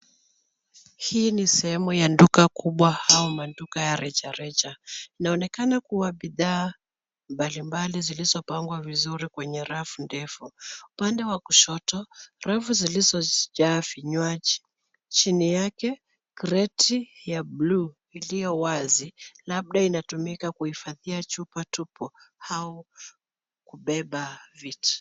Hii ni sehemu ya duka kubwa au maduka ya rejareja. Inaonekana kuwa bidhaa mbalimbali zilizopangwa vizuri kwenye rafu ndefu. Upande wa kushoto, rafu zilizojaa vinywaji. Chini yake, kreti ya buluu iliyo wazi, labda inatumika kuhifadhia chupa tupu au kubeba vitu.